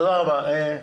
תודה רבה.